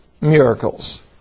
miracles